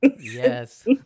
Yes